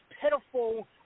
pitiful